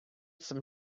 some